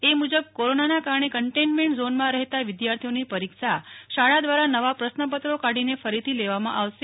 એ મુજબ કોરોનાના કારણે કન્ટેન્ટમેન્ટ ઝોનમાં રહેતા વિદ્યાર્થીઓની પરીક્ષા શાળા દ્વારા નવા પ્રશ્નપત્રો કાઢીને ફરીથી લેવામાં આવશે